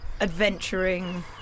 adventuring